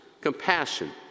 compassion